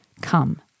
Come